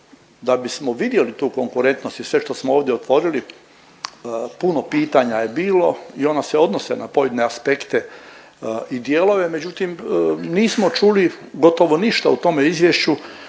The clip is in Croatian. da bismo vidjeli tu konkurentnost i sve što smo ovdje otvorili, puno pitanja je bilo i ona se odnose na pojedine aspekte i dijelove, međutim nismo čuli gotovo ništa o tome izvješću,